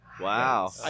Wow